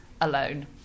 alone